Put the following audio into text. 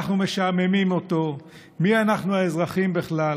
אנחנו משעממים אותו, מי אנחנו, האזרחים, בכלל.